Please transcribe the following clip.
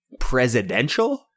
presidential